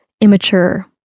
immature